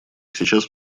сейчас